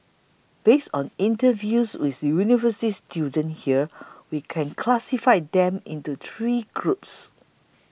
based on interviews with university students here we can classify them into three groups